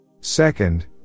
Second